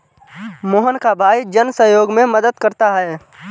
मोहन का भाई जन सहयोग में मदद करता है